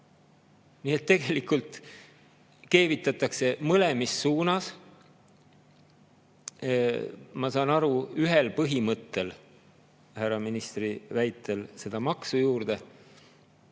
Nii et tegelikult keevitatakse mõlemas suunas, ma saan aru, ühel põhimõttel – härra ministri väitel – seda maksu juurde.